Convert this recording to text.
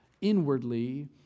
inwardly